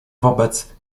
wobec